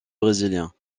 brésilien